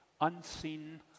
unseen